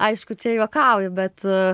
aišku čia juokauju bet